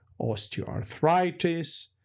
osteoarthritis